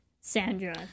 Sandra